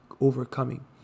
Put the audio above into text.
overcoming